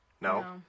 No